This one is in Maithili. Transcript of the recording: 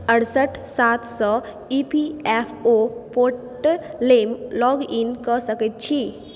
अठसठि सात सऽ E P F O portal लऽ लाँग इन कऽ सकैत छी